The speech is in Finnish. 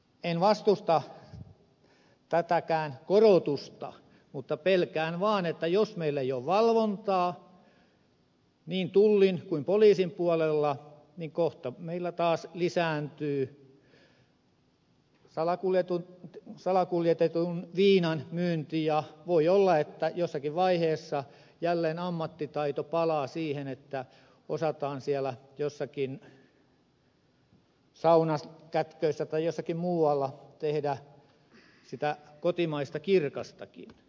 en vastusta tätäkään korotusta mutta pelkään vaan että jos meillä ei ole valvontaa niin tullin kuin poliisin puolella niin kohta meillä taas lisääntyy salakuljetetun viinan myynti ja voi olla että jossakin vaiheessa jälleen ammattitaito palaa siihen että osataan siellä jossakin saunan kätköissä tai jossakin muualla tehdä sitä kotimaista kirkastakin